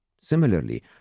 similarly